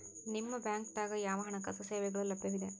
ನಿಮ ಬ್ಯಾಂಕ ದಾಗ ಯಾವ ಹಣಕಾಸು ಸೇವೆಗಳು ಲಭ್ಯವಿದೆ?